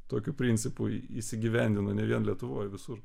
tokiu principu įsigyvendina ne vien lietuvoj visur